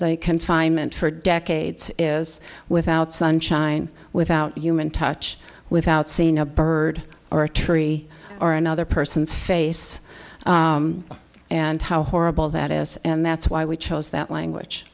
the confinement for decades is without sunshine without human touch without seeing a bird or a tree or another person's face and how horrible that is and that's why we chose that language